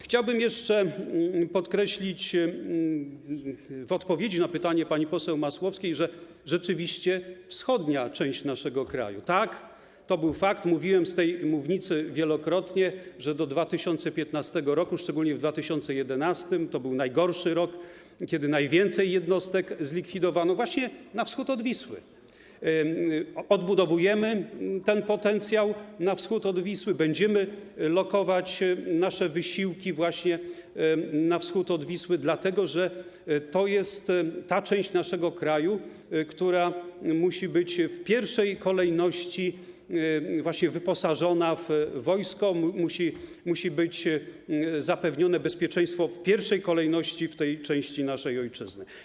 Chciałbym jeszcze podkreślić w odpowiedzi na pytanie pani poseł Masłowskiej, że jeśli chodzi o wschodnią część naszego kraju - tak, rzeczywiście, to był fakt, mówiłem z tej mównicy wielokrotnie, że do 2015 r., szczególnie w 2011 r., bo to był najgorszy rok, kiedy to najwięcej jednostek zlikwidowano właśnie na wschód od Wisły - odbudowujemy ten potencjał na wschód od Wisły, będziemy lokować nasze wysiłki właśnie na wschód od Wisły, dlatego że to jest ta część naszego kraju, która musi być w pierwszej kolejności właśnie wyposażona w wojsko, musi być zapewnione bezpieczeństwo w pierwszej kolejności w tej części naszej ojczyzny.